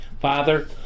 Father